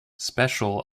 special